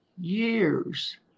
years